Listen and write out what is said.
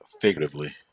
Figuratively